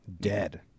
dead